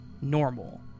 normal